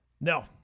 No